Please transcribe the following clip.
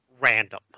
random